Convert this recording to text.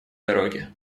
дороги